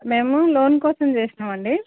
మేము లోన్ కోసం చేశామండి